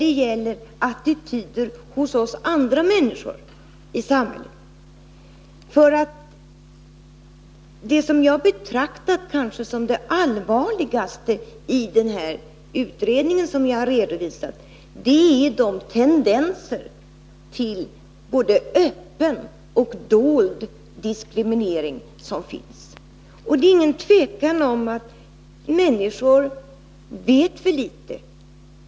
Det gäller också andra människors attityder. Det som jag har betraktat som kanske det allvarligaste i den utredning som jag redovisade är de tendenser till både öppen och dold diskriminering som finns. Det är inget tvivel om att människor vet för litet.